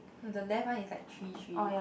no the left one is like three three